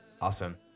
awesome